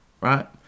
right